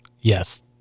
yes